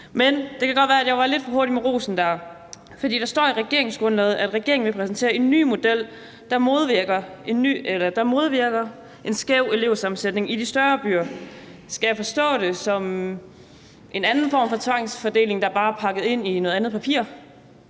Men det kan godt være, at jeg var lidt for hurtig med rosen der, for der står i regeringsgrundlaget, at regeringen vil præsentere en ny model, der modvirker en skæv elevsammensætning i de større byer. Skal jeg forstå det som en anden form for tvangsfordeling, der bare er pakket ind i noget andet papir?